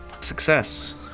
success